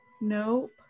Nope